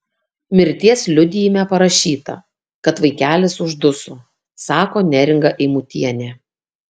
mirties liudijime parašyta kad vaikelis užduso sako neringa eimutienė